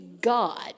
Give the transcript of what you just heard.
God